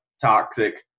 toxic